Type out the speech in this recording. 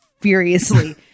furiously